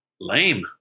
lame